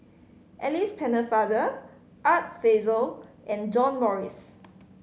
Alice Pennefather Art Fazil and John Morrice